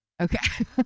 okay